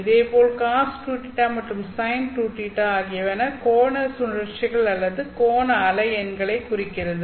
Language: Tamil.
இதேபோல் cos2Ø மற்றும் sin 2Ø ஆகியவை கோண சுழற்சிகள் அல்லது கோண அலை எண்களைக் குறிக்கிறது